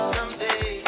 Someday